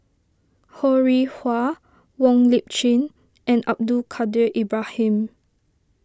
Ho Rih Hwa Wong Lip Chin and Abdul Kadir Ibrahim